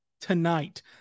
tonight